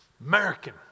American